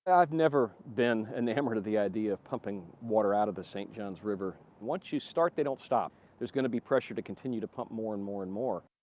i have never been enamored of the idea of pumping water out of the st. johns river. once you start they don't stop. there's going to be pressure to continue to pump more and more and more.